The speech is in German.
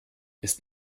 ist